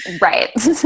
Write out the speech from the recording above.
Right